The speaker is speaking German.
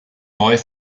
neu